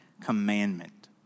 commandment